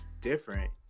different